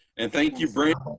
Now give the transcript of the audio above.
and thank you brandi,